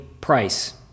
price